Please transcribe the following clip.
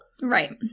Right